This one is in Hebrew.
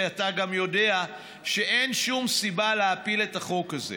וגם אתה יודע שאין שום סיבה להפיל את החוק הזה.